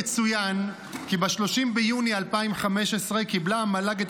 יצוין כי ב-30 ביוני 2015 קיבלה המל"ג את